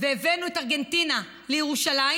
והבאנו את ארגנטינה לירושלים.